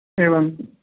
एवम्